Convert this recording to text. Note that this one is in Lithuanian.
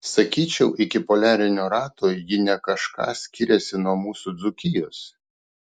sakyčiau iki poliarinio rato ji ne kažką skiriasi nuo mūsų dzūkijos